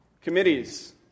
Committees